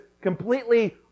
completely